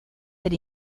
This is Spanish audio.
del